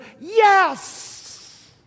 yes